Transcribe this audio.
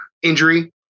injury